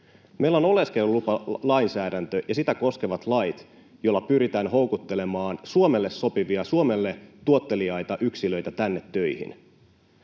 Meillä on oleskelulupalainsäädäntö ja sitä koskevat lait, joilla pyritään houkuttelemaan Suomelle sopivia, Suomelle tuotteliaita yksilöitä tänne töihin.